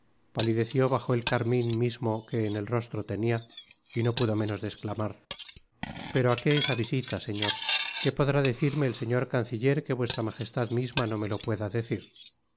palideció bajo el carmín mismo que en el rostro tenia y no pudo menos de esclamar pero á qué es esa visita señor qué podrá decirme el señor canciller que vuestra majestad misma no me lo pueda decir